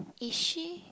is she